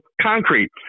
concrete